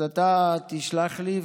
אז אתה תשלח לי,